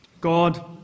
God